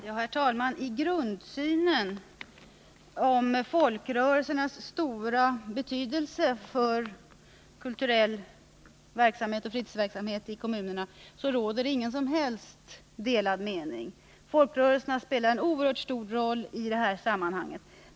Herr talman! I fråga om grundsynen på folkrörelsernas stora betydelse för kulturell verksamhet och fritidsverksamhet i kommunerna råder det inga som helst delade meningar. Folkrörelserna spelar en oerhört stor roll i detta sammanhang.